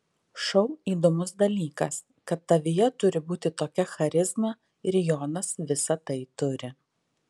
šou įdomus dalykas kad tavyje turi būti tokia charizma ir jonas visą tai turi